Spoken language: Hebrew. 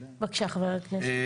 בבקשה, חבר הכנסת הלוי.